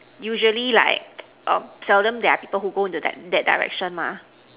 usually like err seldom there are people who go into that that Direction mah